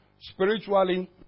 spiritually